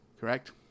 Correct